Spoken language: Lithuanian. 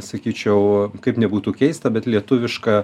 sakyčiau kaip nebūtų keista bet lietuviška